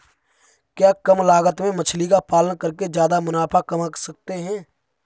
क्या कम लागत में मछली का पालन करके ज्यादा मुनाफा कमा सकते हैं?